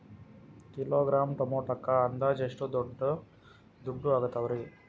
Kilogram ಟೊಮೆಟೊಕ್ಕ ಅಂದಾಜ್ ಎಷ್ಟ ದುಡ್ಡ ಅಗತವರಿ?